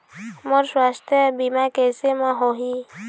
मोर सुवास्थ बीमा कैसे म होही?